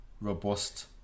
robust